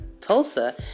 Tulsa